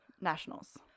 Nationals